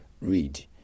read